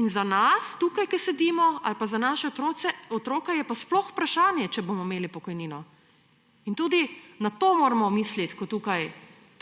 In za nas, ki tukaj sedimo, ali pa za naše otroke je pa sploh vprašanje, če bomo imeli pokojnino. In tudi na to moramo misliti, ko tukaj